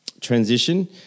transition